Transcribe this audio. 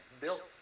built